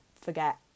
forget